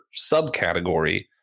subcategory